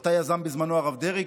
ויזם אותה הרב דרעי,